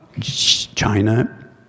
China